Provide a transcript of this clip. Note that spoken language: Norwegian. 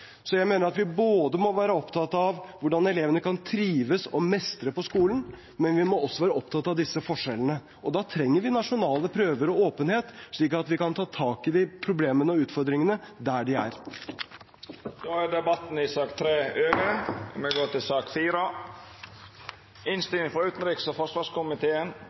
Jeg mener at vi må være opptatt av hvordan elevene kan trives på og mestre skolen, men vi må også være opptatt av forskjellene. Da trenger vi nasjonale prøver og åpenhet, slik at vi kan ta tak i problemene og utfordringene der de er. Då er debatten i sak nr. 3 avslutta. Etter ynske frå utanriks- og forsvarskomiteen vil presidenten føreslå at taletida vert avgrensa til 3 minutt til kvar partigruppe og